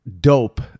dope